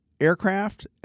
aircraft